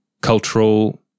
cultural